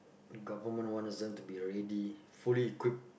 government wants them to be ready fully equipped